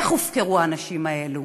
איך הופקרו האנשים האלו